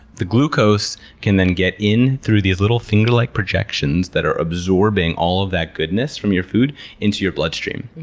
the glucose can then get in through these little finger-like projections that are absorbing all of that goodness from your food into your bloodstream.